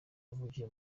wavukiye